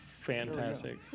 Fantastic